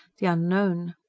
the unknown.